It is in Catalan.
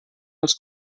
els